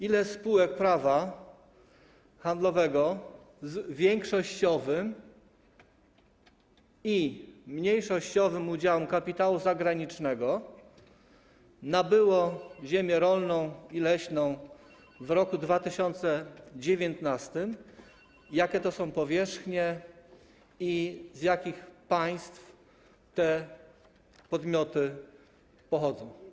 Ile spółek prawa handlowego z większościowym i mniejszościowym udziałem kapitału zagranicznego nabyło ziemię rolną i leśną w roku 2019, jakie to są powierzchnie i z jakich państw te podmioty pochodzą?